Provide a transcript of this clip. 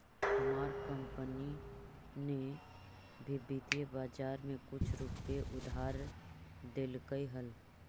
हमार कंपनी ने भी वित्तीय बाजार में कुछ रुपए उधार देलकइ हल